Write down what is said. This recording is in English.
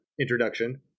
introduction